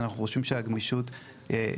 אנחנו חושבים שהגמישות היא נכונה.